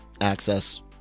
access